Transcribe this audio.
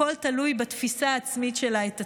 הכול תלוי בתפיסה העצמית שלה את עצמה.